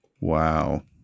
Wow